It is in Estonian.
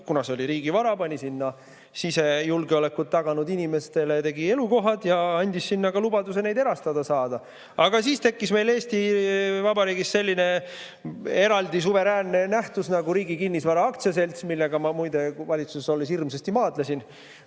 kuna see oli riigivara, andis sinna sisejulgeolekut taganud inimestele elukohad ja andis lubaduse, et neid saab ka erastada. Aga siis tekkis meil Eesti Vabariigis selline eraldi suveräänne nähtus nagu Riigi Kinnisvara Aktsiaselts, millega ma muide valitsuses olles hirmsasti maadlesin,